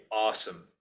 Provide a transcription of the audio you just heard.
awesome